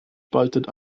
spaltet